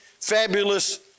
fabulous